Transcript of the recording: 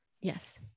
yes